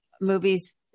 movies